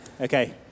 Okay